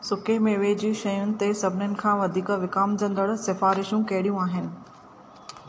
सुके मेवे जी शयुनि ते सभिनीनि खां वधीक विकामजंदड़ सिफारिशूं कहिड़ियूं आहिनि